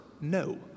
No